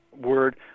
word